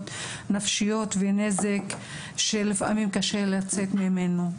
נפשיות ונזק שלפעמים קשה לצאת ממנו.